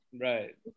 right